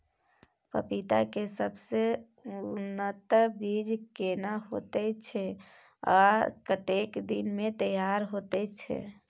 पपीता के सबसे उन्नत बीज केना होयत छै, आ कतेक दिन में तैयार होयत छै?